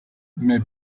mais